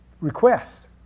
request